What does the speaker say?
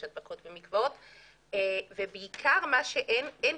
הדבקות במקוואות ובעיקר במה שאין פיקוח.